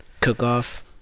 Cook-off